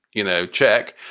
you know, check.